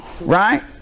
Right